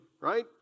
right